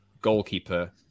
goalkeeper